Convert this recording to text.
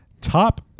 Top